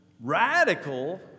radical